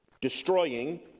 destroying